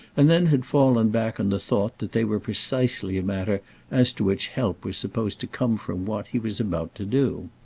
and then had fallen back on the thought that they were precisely a matter as to which help was supposed to come from what he was about to do.